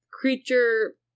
creature